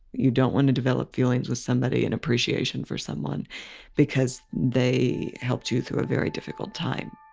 you don't want to develop feelings with somebody and appreciation for someone because they helped you through a very difficult time.